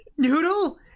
Noodle